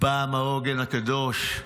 פעם העוגן הקדוש,